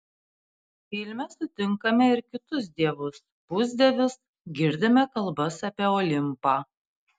filme sutinkame ir kitus dievus pusdievius girdime kalbas apie olimpą